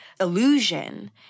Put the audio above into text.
illusion